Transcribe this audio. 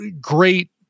Great